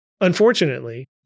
Unfortunately